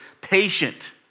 patient